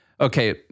Okay